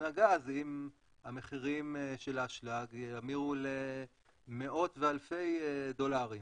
מהגז אם המחירים של האשלג יאמירו למאות ואלפי דולרים